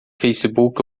facebook